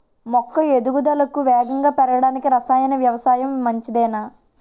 మొక్క ఎదుగుదలకు వేగంగా పెరగడానికి, రసాయన వ్యవసాయం మంచిదేనా?